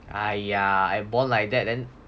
!aiya! I born like that then